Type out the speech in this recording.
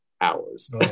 hours